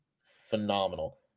phenomenal